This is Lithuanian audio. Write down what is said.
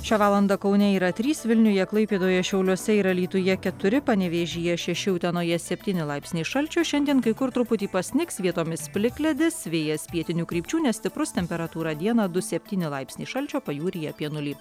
šią valandą kaune yra trys vilniuje klaipėdoje šiauliuose ir alytuje keturi panevėžyje šeši utenoje septyni laipsniai šalčio šiandien kai kur truputį pasnigs vietomis plikledis vėjas pietinių krypčių nestiprus temperatūra dieną du septyni laipsniai šalčio pajūryje apie nulį